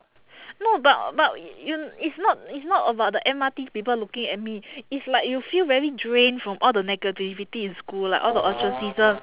no but but you it's not it's not about the M_R_T people looking at me it's like you feel very drain from all the negativity in school like all the ostracism